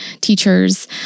teachers